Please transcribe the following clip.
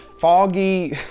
Foggy